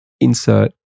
Insert